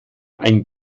ein